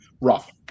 rough